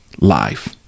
life